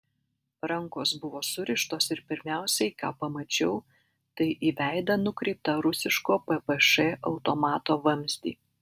rankos buvo surištos ir pirmiausiai ką pamačiau tai į veidą nukreiptą rusiško ppš automato vamzdį